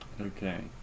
Okay